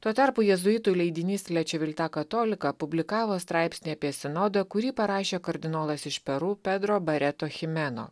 tuo tarpu jėzuitų leidinys la čivilta katolika publikavo straipsnį apie sinodą kurį parašė kardinolas iš peru pedro bareto chimeno